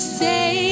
say